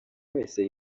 wese